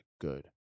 good